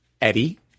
Eddie